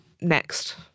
Next